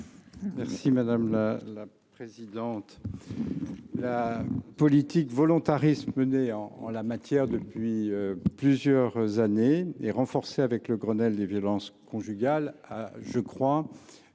l’avis du Gouvernement ? La politique volontariste menée en la matière depuis plusieurs années et renforcée avec le Grenelle des violences conjugales a, je le crois,